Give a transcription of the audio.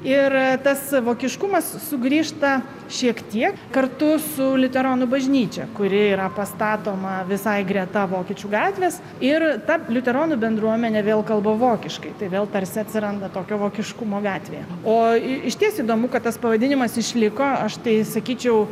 ir tas vokiškumas sugrįžta šiek tiek kartu su liuteronų bažnyčia kuri yra pastatoma visai greta vokiečių gatvės ir ta liuteronų bendruomenė vėl kalba vokiškai tai vėl tarsi atsiranda tokio vokiškumo gatvėje o išties įdomu kad tas pavadinimas išliko aš tai sakyčiau